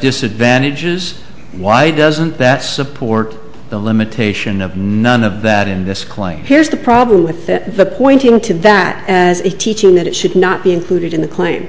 disadvantages why doesn't that support the limitation of none of that in this claim here's the problem with the point you wanted that as a teaching that it should not be included in the claim